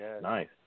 nice